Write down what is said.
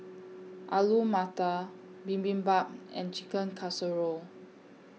Alu Matar Bibimbap and Chicken Casserole